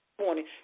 morning